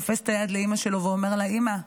תופס את היד לאימא שלו ואומר לה: אימא,